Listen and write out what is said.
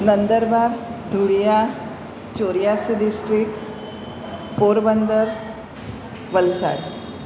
Nandurbar Dhulia Choryasi district Porbandar Valsad